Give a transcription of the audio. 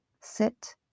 sit